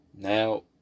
now